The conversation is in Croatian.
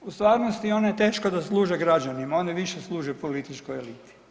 U stvarnosti one teško da služe građanima, one više služe političkoj eliti.